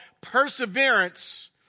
perseverance